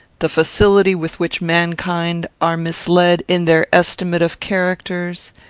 the facility with which mankind are misled in their estimate of characters,